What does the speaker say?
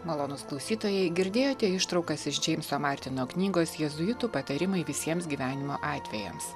malonūs klausytojai girdėjote ištraukas iš džeimso martino knygos jėzuitų patarimai visiems gyvenimo atvejams